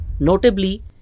Notably